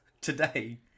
today